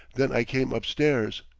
then i came up-stairs.